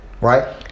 right